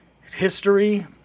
history